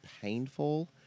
painful